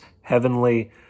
heavenly